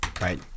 Right